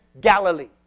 Galilee